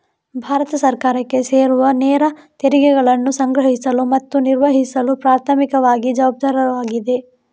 ಭಾರತ ಸರ್ಕಾರಕ್ಕೆ ಸೇರುವನೇರ ತೆರಿಗೆಗಳನ್ನು ಸಂಗ್ರಹಿಸಲು ಮತ್ತು ನಿರ್ವಹಿಸಲು ಪ್ರಾಥಮಿಕವಾಗಿ ಜವಾಬ್ದಾರವಾಗಿದೆ